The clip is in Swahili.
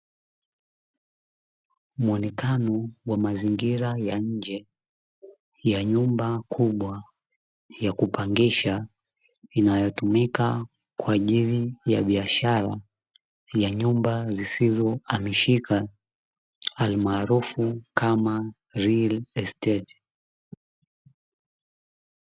Muonekano wa mazingira ya nje ya nyumba kubwa ya kupangisha inayotumika kwa ajili ya biashara ya nyumba zisizo hamishika, alimaarufu kama ''real estete.''